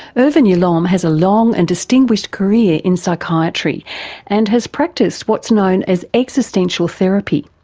irvin yalom has a long and distinguished career in psychiatry and has practiced what's known as existential therapy.